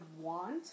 want